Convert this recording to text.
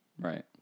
Right